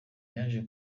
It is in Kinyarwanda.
yaje